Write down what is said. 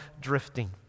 drifting